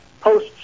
post